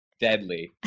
deadly